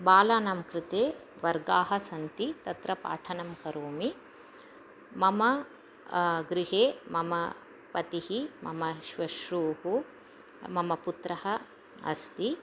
बालानां कृते वर्गाः सन्ति तत्र पाठनं करोमि मम गृहे मम पतिः मम श्वश्रूः मम पुत्रः अस्ति